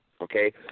Okay